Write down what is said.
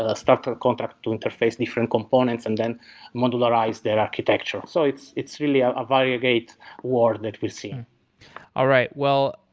ah starter contract to interface different components and then modularize their architecture. so it's it's really a value gate ward that we've seen all right. well,